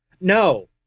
No